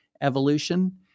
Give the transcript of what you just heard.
evolution